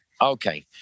Okay